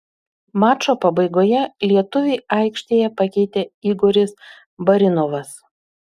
mačo pabaigoje lietuvį aikštėje pakeitė igoris barinovas